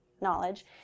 knowledge